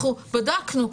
אנחנו בדקנו,